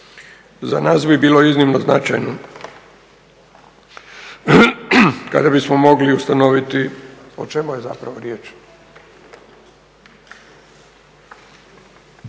Za nas bi bilo iznimno značajno kada bismo mogli ustanoviti o čemu je zapravo riječ.